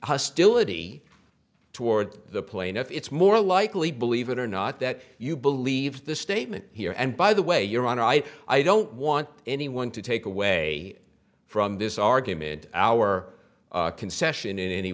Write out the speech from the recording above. hostility toward the plaintiff it's more likely believe it or not that you believe the statement here and by the way your honor i i don't want anyone to take away from this argument our concession in any